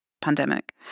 pandemic